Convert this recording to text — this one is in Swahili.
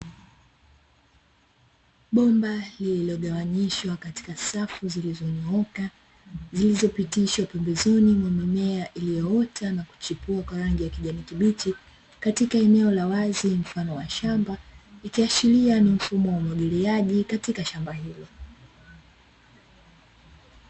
Bomba lililogawanyishwa katika safu zilizonyooka, zilizopitishwa pembezoni mwa mimea iliyoota na kuchipua kwa rangi ya kijani kibichi, katika eneo la wazi mfano wa shamba; ikiashiria ni mfumo wa umwagiliaji katika shamba hilo.